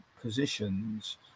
positions